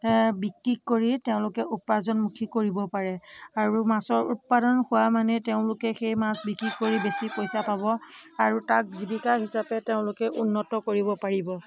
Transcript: বিক্ৰী কৰি তেওঁলোকে উপাৰ্জনমুখী কৰিব পাৰে আৰু মাছৰ উৎপাদন হোৱা মানেই তেওঁলোকে সেই মাছ বিক্ৰী কৰি বেছি পইচা পাব আৰু তাক জীৱিকা হিচাপে তেওঁলোকে উন্নত কৰিব পাৰিব